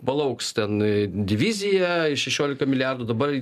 palauks ten divizija šešiolika milijardų dabar